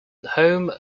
home